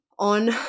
on